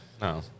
No